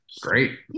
great